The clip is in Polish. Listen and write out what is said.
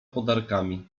podarkami